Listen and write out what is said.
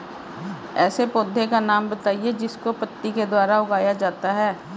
ऐसे पौधे का नाम बताइए जिसको पत्ती के द्वारा उगाया जाता है